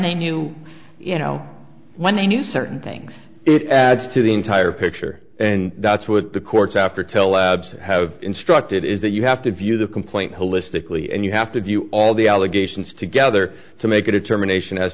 knew you know when they knew certain things it adds to the entire picture and that's what the court's after till labs have instructed is that you have to view the complaint holistically and you have to view all the allegations together to make a determination as